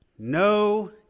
No